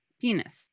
penis